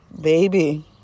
baby